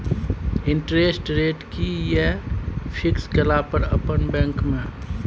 Interest rate कि ये fix केला पर अपन बैंक में?